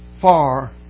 far